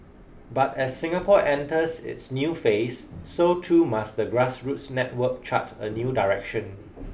but as Singapore enters its new phase so too must the grassroots network chart a new direction